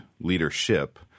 leadership